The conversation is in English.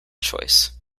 choice